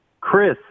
Chris